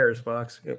box